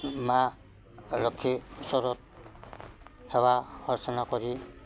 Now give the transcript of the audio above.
মা লক্ষীৰ ওচৰত সেৱা অৰ্চনা কৰি